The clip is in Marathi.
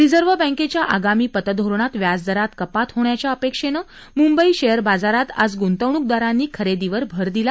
रिझर्व्ह बँकेच्या आगामी पतधोरणात व्याजदरात कपात होण्याच्या अपेक्षेनं मुंबई शेअर बाजारात आज गुंतवणुकदारांनी खरेदीवर भर दिला